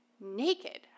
Naked